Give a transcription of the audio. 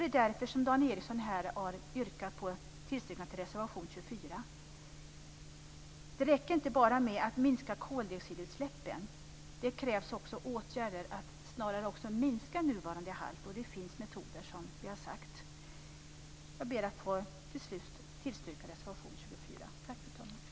Det är därför som Dan Ericsson här har yrkat på tillstyrkande av reservation 24. Det räcker inte bara med att minska koldioxidutsläppen. Det krävs också åtgärder för att snarare minska nuvarande halt, och det finns metoder, som jag har sagt. Jag ber till slut att få yrka bifall till reservation 24.